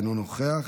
אינו נוכח,